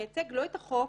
מייצג לא את החוק